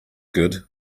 good